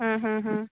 ହଁ ହଁ ହଁ